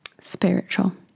spiritual